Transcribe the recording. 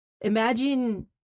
imagine